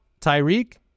Tyreek